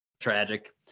tragic